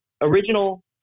original